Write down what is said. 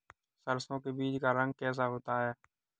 सरसों के बीज का रंग कैसा होता है?